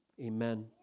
Amen